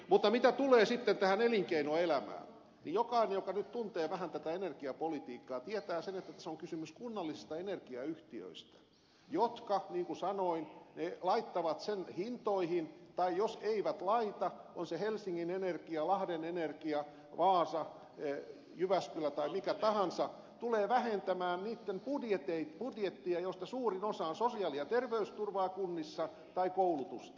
mutta mitä tulee sitten tähän elinkeinoelämään niin jokainen joka nyt tuntee vähän tätä energiapolitiikkaa tietää sen että tässä on kysymys kunnallisista energiayhtiöistä jotka niin kuin sanoin laittavat sen hintoihin tai jos eivät laita on se helsingin energia lahden energia vaasa jyväskylä tai minkä tahansa se tulee vähentämään niitten budjetteja joista suurin osa on sosiaali ja terveysturvaa kunnissa tai koulutusta